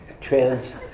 trans